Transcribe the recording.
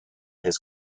his